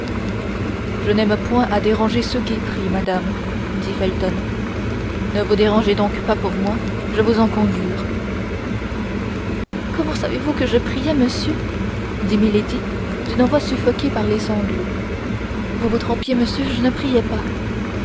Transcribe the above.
je n'aime point à déranger ceux qui prient madame dit gravement felton ne vous dérangez donc pas pour moi je vous en conjure comment savez-vous que je priais monsieur dit milady d'une voix suffoquée par les sanglots vous vous trompiez monsieur je ne priais pas